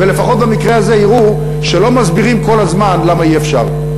ולפחות במקרה הזה יראו שלא מסבירים כל הזמן למה אי-אפשר.